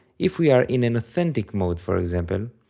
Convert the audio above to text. if we are in an authentic mode for example,